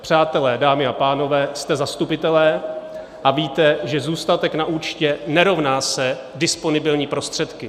Přátelé, dámy a pánové, jste zastupitelé a víte, že zůstatek na účtě nerovná se disponibilní prostředky.